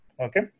Okay